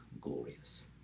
glorious